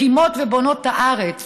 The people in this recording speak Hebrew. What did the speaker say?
מקימות ובונות הארץ